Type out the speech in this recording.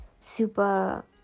super